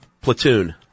platoon